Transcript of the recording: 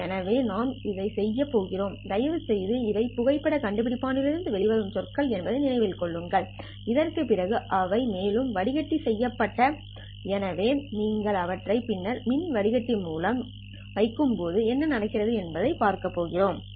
எனவே நாம் இதைச் செய்யப் போகிறோம் தயவுசெய்து இவை புகைப்படக் கண்டுபிடிப்பான் லிருந்து வெளிவரும் சொற்கள் என்பதை நினைவில் கொள்ளுங்கள் இதற்குப் பிறகு அவை மேலும் வடிகட்டி செய்யப்பட வேண்டும் எனவே நீங்கள் அவற்றை பின்னர் மின் வடிகட்டி மூலம் வைக்கும்போது என்ன நடக்கிறது என்பதைப் பார்க்கப் போகிறோம் சரி